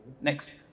Next